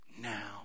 Now